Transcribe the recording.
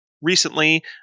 recently